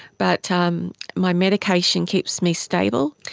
but um my medication keeps me stable.